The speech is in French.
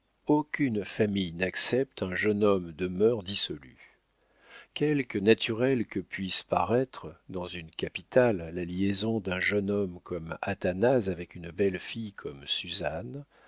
aucune famille n'accepte un jeune homme de mœurs dissolues quelque naturelle que puisse paraître dans une capitale la liaison d'un jeune homme comme athanase avec une belle fille comme suzanne